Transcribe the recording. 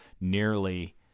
nearly